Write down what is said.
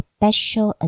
Special